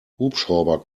hubschrauber